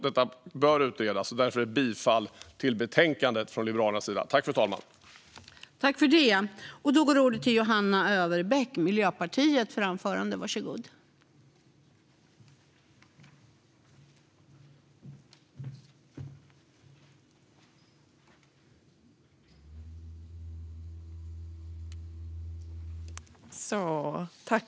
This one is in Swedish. Detta bör utredas, och jag yrkar därför från Liberalernas sida bifall till utskottets förslag.